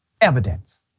evidence